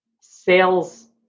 sales